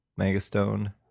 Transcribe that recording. Megastone